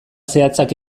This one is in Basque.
zehatzak